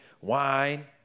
Wine